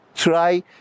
Try